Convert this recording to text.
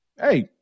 hey